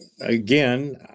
again